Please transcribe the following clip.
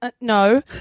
no